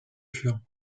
fur